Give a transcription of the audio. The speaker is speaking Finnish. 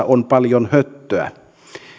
on paljon höttöä